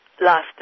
last